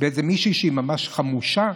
במישהי שהיא ממש חמושה?